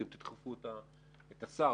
אם תדחפו את השר,